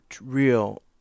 real